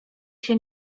się